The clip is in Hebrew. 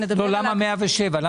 למה 107,000 ₪?